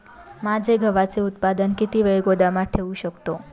माझे गव्हाचे उत्पादन किती वेळ गोदामात ठेवू शकतो?